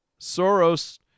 Soros